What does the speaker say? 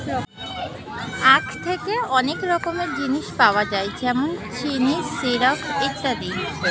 আখ থেকে অনেক রকমের জিনিস পাওয়া যায় যেমন চিনি, সিরাপ ইত্যাদি